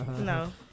No